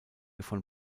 von